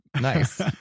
nice